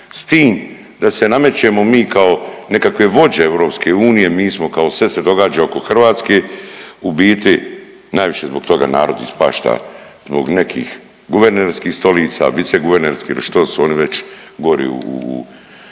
tim da se namećemo mi kao nekakve vođe EU, mi smo kao, sve se događa oko Hrvatske, u biti, najviše zbog toga narod ispašta, zbog nekih guvernerskih stolica, viceguvernerskih ili što su oni već, govorim u europskoj